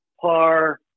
par